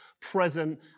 present